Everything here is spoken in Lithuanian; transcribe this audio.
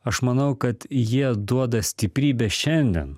aš manau kad jie duoda stiprybės šiandien